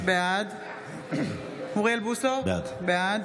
בעד אוריאל בוסו, בעד